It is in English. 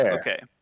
okay